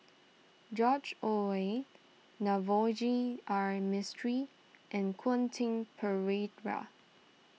George Oehlers Navroji R Mistri and Quentin Pereira